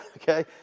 okay